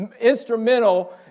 instrumental